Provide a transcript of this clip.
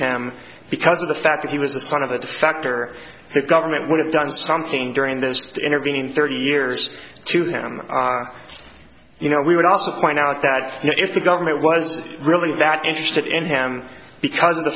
him because of the fact that he was the son of the factor the government would have done something during this intervening thirty years to have him you know we would also point out that if the government was really that interested in him because of the